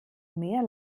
mehr